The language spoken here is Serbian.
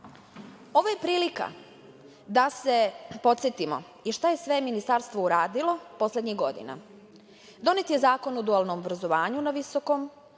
je prilika da se podsetimo i šta je sve Ministarstvo uradilo poslednjih godina. Donet je Zakon o dualnom i visokom